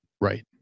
right